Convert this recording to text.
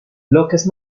bloques